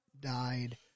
died